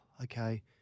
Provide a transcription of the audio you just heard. okay